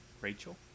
Rachel